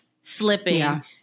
slipping